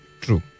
True